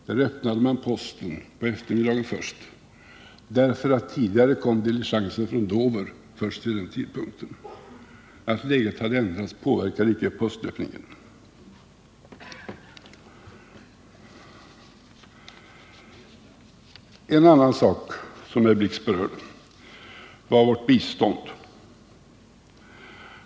Där öppnade man posten först på eftermiddagen, eftersom diligensen från Dover tidigare inte kom in förrän då. Att läget hade förändrats påverkade icke öppnandet av posten. En annan sak som herr Blix berörde var vårt bistånd.